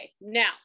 now